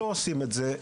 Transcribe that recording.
לא עושים את זה.